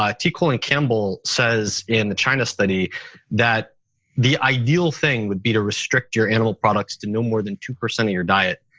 ah t. colin campbell says in the china study that the ideal thing would be to restrict your animal products to no more than two percent of your diet.